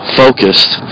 focused